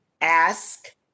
ask